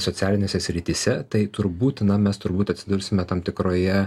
socialinėse srityse tai turbūt na mes turbūt atsidursime tam tikroje